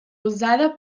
usada